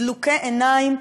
דלוקי עיניים,